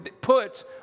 put